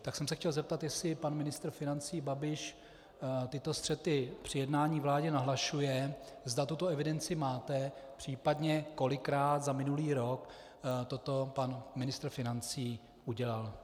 Tak jsem se chtěl se zeptat, jestli pan ministr financí Babiš tyto střety při jednání vlády nahlašuje, zda tuto evidenci máte, případně kolikrát za minulý rok toto pan ministr financí udělal.